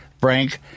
Frank